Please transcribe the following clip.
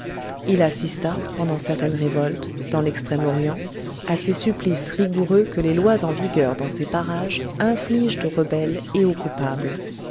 il assista pendant certaines révoltes dans l'extrême orient à ces supplices rigoureux que les lois en vigueur dans ces parages infligent aux rebelles et aux coupables